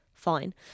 Fine